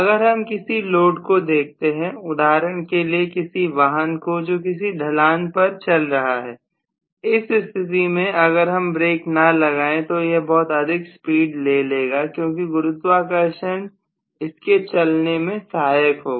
अगर हम किसी लोड को देखते हैं उदाहरण के लिए किसी वाहन को जो किसी ढलान पर चल रहा है इस स्थिति में अगर हम ब्रेक ना लगाएं तो यह बहुत अधिक स्पीड ले लेगा क्योंकि गुरुत्वाकर्षण इसके चलने में सहायक होगा